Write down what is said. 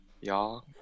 Y'all